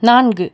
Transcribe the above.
நான்கு